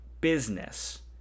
business